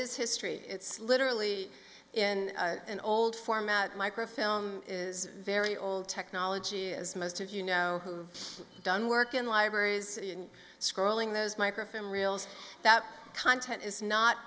is history it's literally in an old format microfilm is very old technology as most of you know who've done work in libraries and scrolling those microfilm reels that content is not